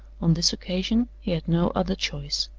on this occasion he had no other choice.